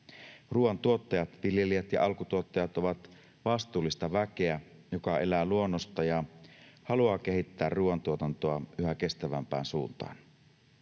Ruoantuottajat, viljelijät ja alkutuottajat ovat vastuullista väkeä, joka elää luonnosta ja haluaa kehittää ruoantuotantoa yhä kestävämpään suuntaan.